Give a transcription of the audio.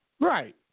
Right